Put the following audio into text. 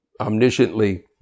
omnisciently